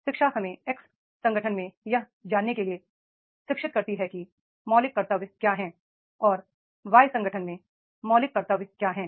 शिक्षा हमें एक्स संगठन में यह जानने के लिए शिक्षित करती है कि मौलिक कर्तव्य क्या है और वाई संगठन में मौलिक कर्तव्य क्या है